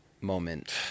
moment